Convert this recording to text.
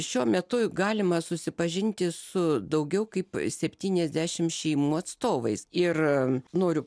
šiuo metu galima susipažinti su daugiau kaip septyniasdešim šeimų atstovais ir noriu